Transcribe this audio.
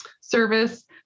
service